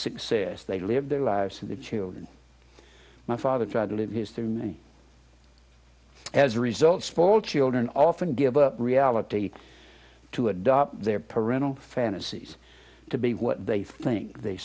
success they live their lives for the children my father tried to live his through me as a result small children often give up reality to adopt their parental fantasies to be what they think they